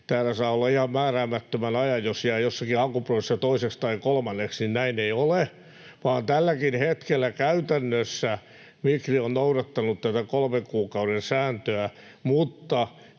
täällä saa olla ihan määräämättömän ajan, jos jää jossakin hakuprosessissa toiseksi tai kolmanneksi, niin näin ei ole, vaan tälläkin hetkellä käytännössä Migri on noudattanut tätä kolmen kuukauden sääntöä. Mutta